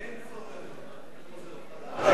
אין צורך בחוזר חדש, ב.